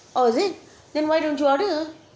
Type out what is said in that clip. oh is it then why don't you order